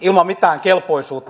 ilman mitään kelpoisuutta